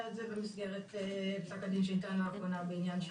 במסגרת פסק הדין שניתן לאחרונה בעניין.